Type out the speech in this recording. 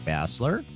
Bassler